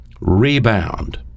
Rebound